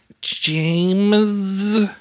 James